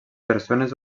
persones